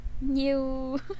New